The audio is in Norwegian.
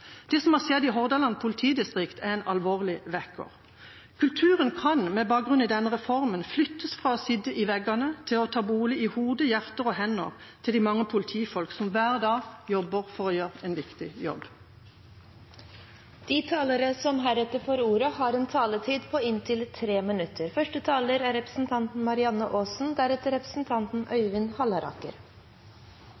Det som har skjedd i Hordaland politidistrikt, er en alvorlig vekker. Kulturen kan, med bakgrunn i denne reformen, flyttes fra å sitte i veggene til å ta bolig i hoder, hjerter og hender til de mange politifolk som hver dag jobber for å gjøre en viktig jobb. De talere som heretter får ordet, har en taletid på inntil